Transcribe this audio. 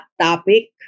topic